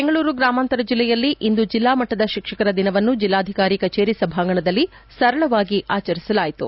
ಬೆಂಗಳೂರು ಗ್ರಾಮಾಂತರ ಜಿಲ್ಲೆಯಲ್ಲಿ ಇಂದು ಜಿಲ್ಲಾಮಟ್ಟದ ತಿಕ್ಷಕರ ದಿನವನ್ನು ಜಿಲ್ಲಾಧಿಕಾರಿ ಕಚೇರಿ ಸಭಾಂಗಣದಲ್ಲಿ ಸರಳವಾಗಿ ಆಚರಿಸಲಾಯಿತು